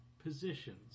positions